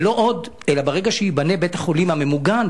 ולא עוד אלא שברגע שייבנה בית-החולים הממוגן,